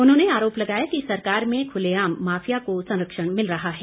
उन्होंने आरोप लगाया कि सरकार में खुलेआम माफिया को संरक्षण मिल रहा है